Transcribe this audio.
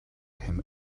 him